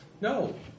No